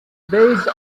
base